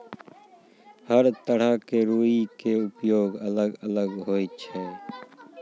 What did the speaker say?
हर तरह के रूई के उपयोग अलग अलग होय छै